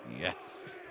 Yes